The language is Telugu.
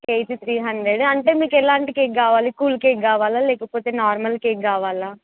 కేజీ త్రీ హండ్రెడ్ అంటే మీకు ఎలాంటి కేక్ కావాలి కూల్ కేక్ కావాలా లేకపోతే నార్మల్ కేక్ కావాలా